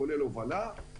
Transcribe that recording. כולל הובלה,